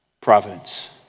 providence